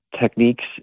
techniques